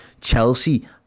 Chelsea